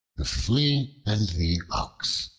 the flea and the ox